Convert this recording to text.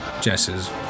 Jess's